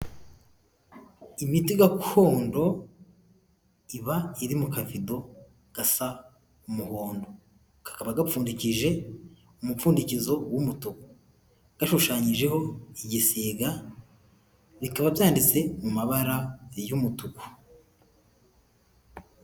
Imiti gakondo iba iri mu kavido gasa umuhondo kakaba gapfundikije umupfundikizo w'umutuku gashushanyijeho igisiga bikaba byanditse mu mabara y'umutuku.